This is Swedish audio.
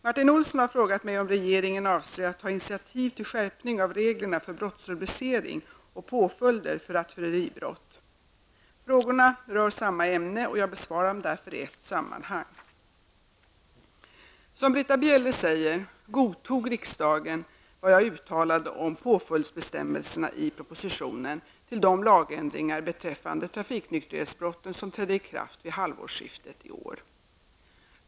Martin Olsson har frågat mig om regeringen avser att ta initiativ till skärpning av reglerna för brottsrubricering och påföljder för rattfylleribrott. Frågorna rör samma ämne. Jag besvarar dem därför i ett sammanhang. Som Britta Bjelle säger godtog riksdagen vad jag uttalade om påföljdsbestämmelserna i propositionen till de lagändringar beträffande trafiknykterhetsbrotten som trädde i kraft vid halvårsskiftet i år .